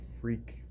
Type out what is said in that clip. freak